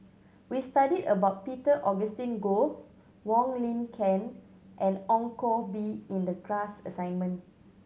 we studied about Peter Augustine Goh Wong Lin Ken and Ong Koh Bee in the class assignment